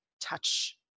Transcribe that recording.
touch